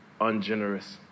ungenerous